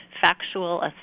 factual